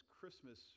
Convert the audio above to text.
Christmas